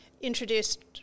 Introduced